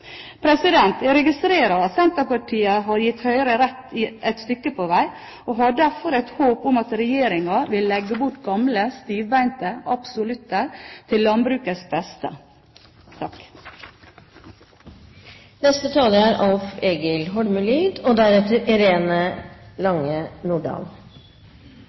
Jeg registrerer at Senterpartiet har gitt Høyre rett et stykke på vei, og har derfor et håp om at Regjeringen vil legge bort gamle, stivbente absolutter, til landbrukets beste. Det er